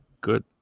good